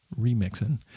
remixing